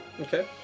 Okay